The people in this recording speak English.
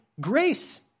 grace